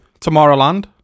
Tomorrowland